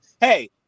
Hey